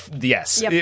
yes